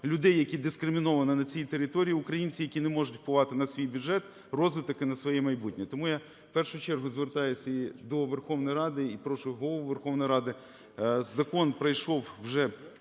людей, які дискриміновані на цій території, українці, які не можуть впливати на свій бюджет, розвиток і на своє майбутнє. Тому я в першу чергу звертаюся і до Верховної Ради, і прошу Голову Верховної Ради. Закон пройшов вже,